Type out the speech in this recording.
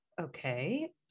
Okay